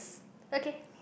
okay